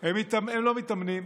הם לא מתאמנים.